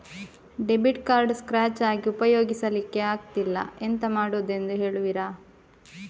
Debit card scratch ಆಗಿ ಉಪಯೋಗಿಸಲ್ಲಿಕ್ಕೆ ಆಗ್ತಿಲ್ಲ, ಎಂತ ಮಾಡುದೆಂದು ಹೇಳುವಿರಾ?